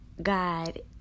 God